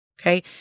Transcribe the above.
Okay